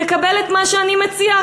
תקבל את מה שאני מציע,